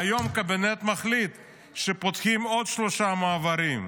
והיום הקבינט מחליט שפותחים עוד שלושה מעברים,